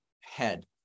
head